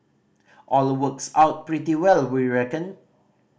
all works out pretty well we reckon